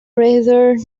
rather